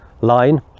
line